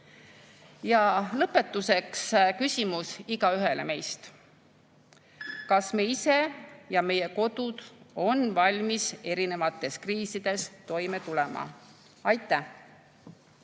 lõpetuseks küsimus igaühele meist: kas me ise ja meie kodud on valmis erinevates kriisides toime tulema? Aitäh!